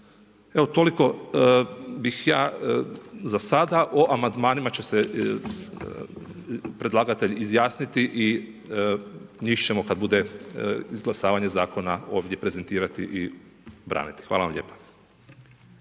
Evo toliko bih ja za sada. O amandmanima će se predlagatelj izjasniti i njih ćemo kada bude izglasavanje zakona ovdje prezentirati i braniti. Hvala vam lijepa.